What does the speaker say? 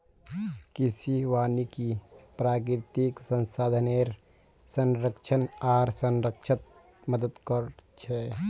कृषि वानिकी प्राकृतिक संसाधनेर संरक्षण आर संरक्षणत मदद कर छे